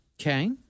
Okay